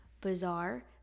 bizarre